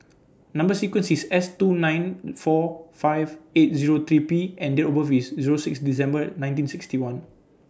Number sequence IS S two nine four five eight Zero three P and Date of birth IS Zero six December nineteen sixty one